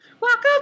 Welcome